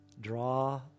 draw